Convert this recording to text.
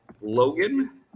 Logan